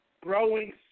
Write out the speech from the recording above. growing